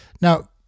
Now